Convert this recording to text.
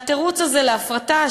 והתירוץ הזה להפרטה,